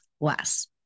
less